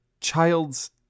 child's